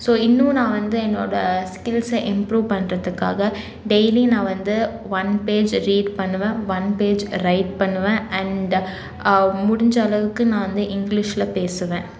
so இன்னும் நான் வந்து என்னோடய ஸ்கில்ஸை இம்ப்ரூவ் பண்ணுறத்துக்குக்காக டெய்லி நான் வந்து ஒன் பேஜ் ரீட் பண்ணுவேன் ஒன் பேஜ் ரைட் பண்ணுவேன் அண்டு முடிஞ்ச அளவுக்கு நான் வந்து இங்கிலிஷில் பேசுவேன்